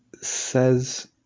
says